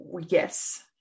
yes